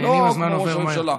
לא כמו ראש הממשלה.